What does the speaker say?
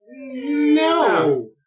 No